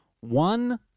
one